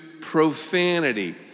profanity